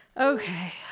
Okay